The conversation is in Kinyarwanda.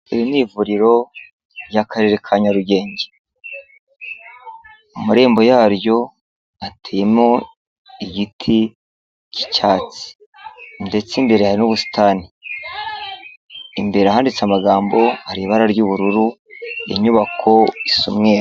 Iri ni ivuriro ry'akarere ka Nyarugenge, amarembo yaryo ateyeemo igiti cy'icyatsi ndetse imbere hari n'ubusitani, imbere ahantse amagambo ari mu ibara ry'ubururu inyubako isa umweru.